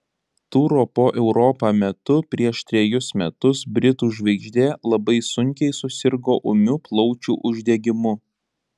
turo po europą metu prieš trejus metus britų žvaigždė labai sunkiai susirgo ūmiu plaučių uždegimu